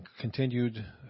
continued